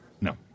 No